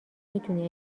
میتونی